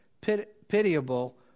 pitiable